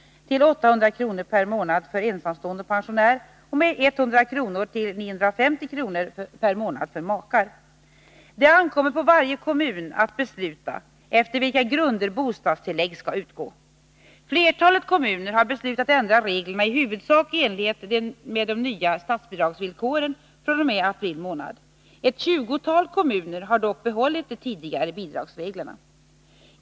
till 800 kr. per månad för ensamstående pensionär och med 100 kr. till 950 kr. per månad för makar. Det ankommer på varje kommun att besluta efter vilka grunder bostadstillägg skall utgå. Flertalet kommuner har beslutat ändra reglerna i huvudsak enligt de nya statsbidragsvillkoren fr.o.m. april månad. Ett tjugotal kommuner har dock behållit de tidigare bidragsreglerna.